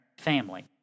family